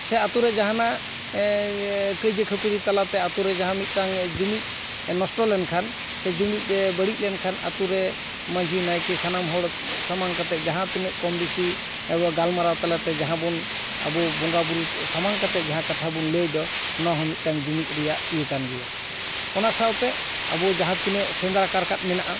ᱥᱮ ᱟᱛᱳ ᱨᱮ ᱡᱟᱦᱟᱱᱟᱜ ᱠᱟᱹᱣᱡᱟᱹ ᱠᱷᱟᱹᱯᱟᱹᱨᱤ ᱛᱟᱞᱟᱛᱮ ᱟᱛᱳ ᱨᱮ ᱡᱟᱦᱟᱸ ᱢᱤᱫᱴᱟᱝ ᱡᱩᱢᱤᱫ ᱱᱚᱥᱴᱚ ᱞᱮᱱᱠᱷᱟᱱ ᱥᱮ ᱡᱩᱢᱤᱫ ᱮ ᱵᱟᱹᱲᱤᱡ ᱞᱮᱱᱠᱷᱟᱱ ᱟᱛᱳ ᱨᱮ ᱢᱟᱺᱡᱷᱤ ᱱᱟᱭᱠᱮ ᱥᱟᱱᱟᱢ ᱦᱚᱲ ᱥᱟᱢᱟᱝ ᱠᱟᱛᱮ ᱡᱟᱦᱟᱸ ᱛᱤᱱᱟᱹᱜ ᱠᱚᱢ ᱵᱤᱥᱤ ᱮᱵᱚᱝ ᱜᱟᱞ ᱢᱟᱨᱟᱣ ᱛᱟᱞᱟᱛᱮ ᱡᱟᱦᱟᱸ ᱵᱚᱱ ᱟᱵᱚ ᱵᱚᱸᱜᱟ ᱵᱳᱨᱳ ᱥᱟᱢᱟᱝ ᱠᱟᱛᱮ ᱡᱟᱦᱟᱸ ᱠᱟᱛᱷᱟ ᱵᱚᱱ ᱞᱟᱹᱭ ᱫᱚ ᱚᱱᱟ ᱦᱚᱸ ᱢᱤᱫᱴᱟᱝ ᱡᱩᱢᱤᱫ ᱨᱮᱭᱟᱜ ᱤᱭᱟᱹ ᱠᱟᱱ ᱜᱮᱭᱟ ᱚᱱᱟ ᱥᱟᱶᱛᱮ ᱟᱵᱚ ᱡᱟᱦᱟᱸ ᱛᱤᱱᱟᱹᱜ ᱥᱮᱸᱫᱨᱟ ᱠᱟᱨᱠᱟ ᱢᱮᱱᱟᱜᱼᱟ